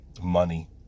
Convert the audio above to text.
money